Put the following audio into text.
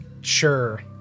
Sure